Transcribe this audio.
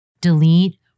delete